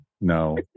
No